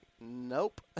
Nope